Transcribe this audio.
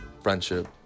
friendship